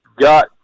got